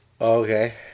Okay